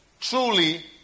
Truly